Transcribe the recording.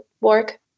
work